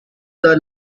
the